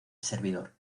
servidor